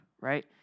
right